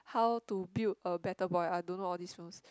how to build a better boy I don't know all these films